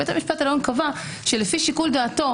בית המשפט העליון קבע שלפי שיקול דעתו